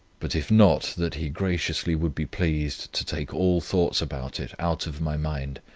but if not that he graciously would be pleased to take all thoughts about it out of my mind.